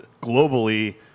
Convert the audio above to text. globally